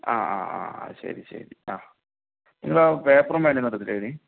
ആ ആ ആ ശരി ശരി ആ നിങ്ങൾ ആ പേപ്പറും പേനയും ഒന്ന് എടുത്തേക്ക്